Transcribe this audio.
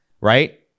right